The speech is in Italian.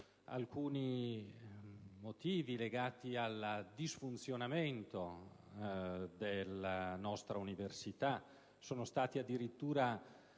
alcuni motivi legati al malfunzionamento della nostra università; sono stati addotti